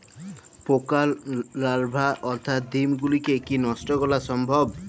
পোকার লার্ভা অথবা ডিম গুলিকে কী নষ্ট করা সম্ভব?